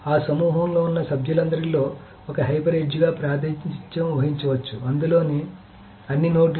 ఆ సమూహంలో ఉన్న సభ్యులందరిలో ఒక హైపర్ ఎడ్జ్గా ప్రాతినిధ్యం వహించవచ్చు అందులోని అన్ని నోడ్లు